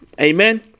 Amen